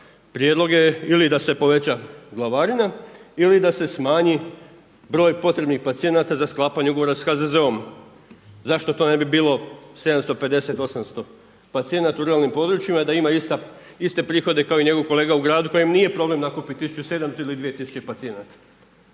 prijedlog je ili da se poveća glavarina ili da se smanji broj potrebnih pacijenata za sklapanje ugovora s HZZO-om. Zašto to ne bi bilo 750-800 pacijenata u ruralnim područjima da ima iste prihode kao i njegov kolega u gradu kojem nije problem nakupiti 1700 ili 2000 pacijenata.